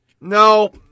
no